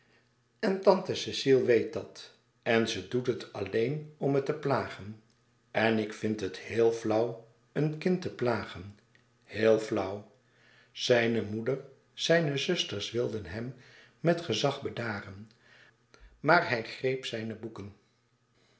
en tante cecile weet dat en ze doet het alleen om me te plagen en ik vind het heel flauw een kind te plagen heel flauw zijne moeder zijne zusters wilden hem met gezag bedaren maar hij greep zijne boeken